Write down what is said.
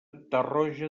tarroja